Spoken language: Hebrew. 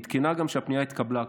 היא עדכנה גם שהפנייה כבר התקבלה,